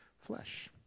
flesh